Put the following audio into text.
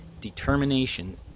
determination